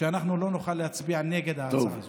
לא נוכל להצביע נגד ההצעה הזאת.